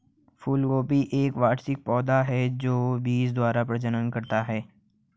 फूलगोभी एक वार्षिक पौधा है जो बीज द्वारा प्रजनन करता है